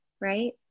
right